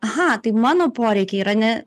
aha tai mano poreikiai yra ne